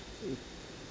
uh